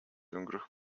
өнгөрөх